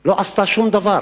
לא עשתה שום דבר.